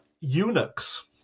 eunuchs